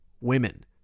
women